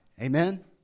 Amen